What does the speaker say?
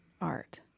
art